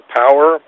power